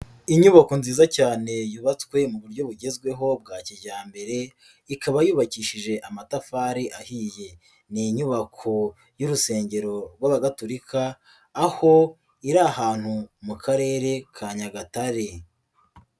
Inyubako nziza cyane yubatswe mu buryo bugezweho bwa kijyambere ikaba yubakishije amatafari ahiye. Ni inyubako y'urusengero rw'abagaturika aho iri ahantu mu karere ka Nyagatare.